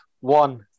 one